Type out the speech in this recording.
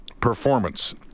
performance